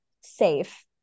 safe